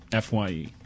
FYE